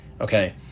Okay